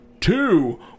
two